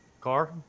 Car